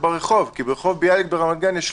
יותר